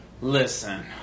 Listen